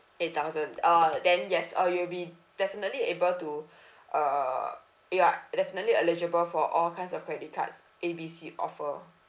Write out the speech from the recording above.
eight thousand uh then yes uh you'll be definitely able to uh you're definitely eligible for all kinds of credit cards A B C offer